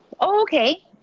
Okay